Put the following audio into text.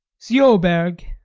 sjoberg.